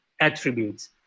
attributes